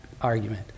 argument